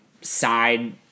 side